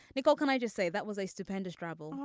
nicole can i just say that was a stupendous drabble.